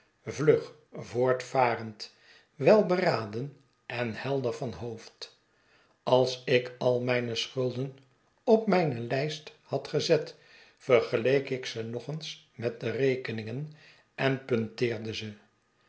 vlug voortvarend welberaden en helder van hoofd als ik al mijne schulden op mijne lijst had gezet vergeleek ik ze nog eens met de rekeningen en punteerde ze